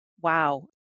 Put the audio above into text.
Wow